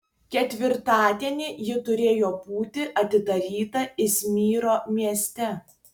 ketvirtadienį ji turėjo būti atidaryta izmyro mieste